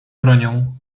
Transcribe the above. bronią